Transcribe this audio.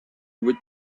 with